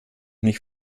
nicht